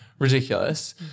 Ridiculous